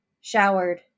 showered